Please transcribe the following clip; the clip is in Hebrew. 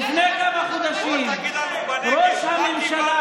לפני כמה חודשים ראש הממשלה,